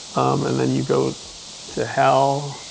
and then you go to hell,